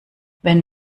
wenn